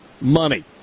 money